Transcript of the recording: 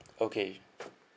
okay